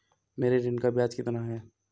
मेरे ऋण का ब्याज कितना है?